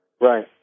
right